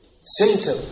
symptom